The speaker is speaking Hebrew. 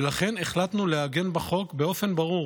ולכן החלטנו לעגן בחוק באופן ברור